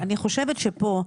חושבת שפה,